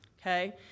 okay